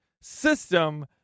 system